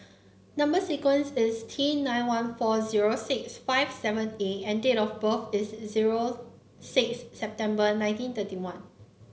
number sequence is T nine one four zero six five seven A and date of birth is zero six September nineteen thirty one